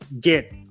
get